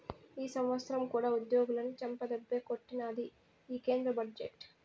ఈ సంవత్సరం కూడా ఉద్యోగులని చెంపదెబ్బే కొట్టినాది ఈ కేంద్ర బడ్జెట్టు